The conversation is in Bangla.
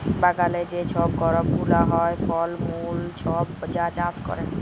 বাগালে যে ছব করপ গুলা হ্যয়, ফল মূল ছব যা চাষ ক্যরে